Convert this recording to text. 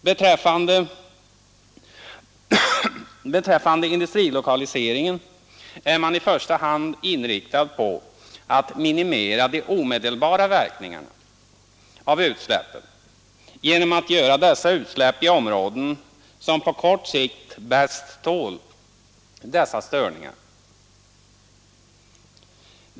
Beman i första hand inriktad på att träffande industrilokalisering ä minimera de omedelbara verkningarna av utsläppen genom att göra de utsläpp i områden som på kort sikt bäst tål dessa störningar.